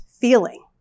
feeling